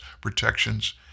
protections